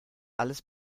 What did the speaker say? alles